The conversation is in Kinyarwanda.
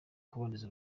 kuboneza